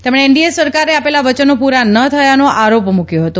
તેમણે એનડીએ સરકારે આપેલા વચનો પ્રરાં ન થયાંનો આરોપ મૂક્યો હતો